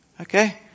Okay